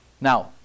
Now